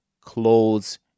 clothes